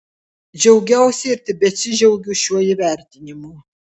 džiaugiausi ir tebesidžiaugiu šiuo įvertinimu